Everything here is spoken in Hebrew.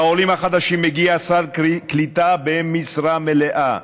לעולים החדשים מגיע שר קליטה במשרה מלאה.